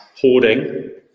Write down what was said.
hoarding